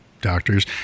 doctors